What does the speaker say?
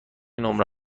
نمره